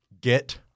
get